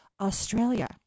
Australia